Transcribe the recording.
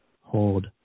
hold